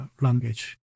language